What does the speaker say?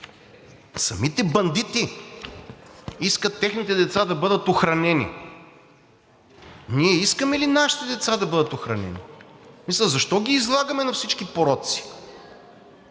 Самите бандити искат техните деца да бъдат охранѐни. Ние искаме ли нашите деца да бъдат охранѐни? В смисъл защо ги излагаме на всички пороци?